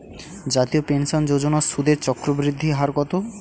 জাতীয় পেনশন যোজনার সুদের চক্রবৃদ্ধি হার কত?